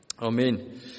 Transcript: Amen